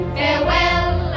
farewell